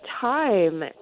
time